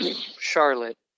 Charlotte